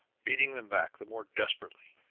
beating them back the more desperately